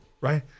Right